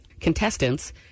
contestants